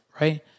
Right